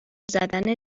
زدن